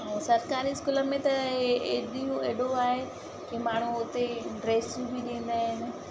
ऐं सरकारी स्कूल में त ऐ ऐॾियूं ऐॾो आहे की माणू उते ड्रेसूं बि ॾींदा आहिनि